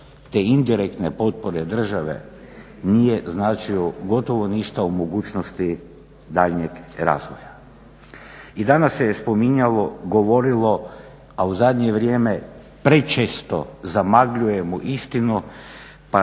I danas se je spominjalo, govorilo, a u zadnje vrijeme prečesto zamagljujemo istinu pa